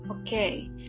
okay